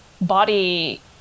body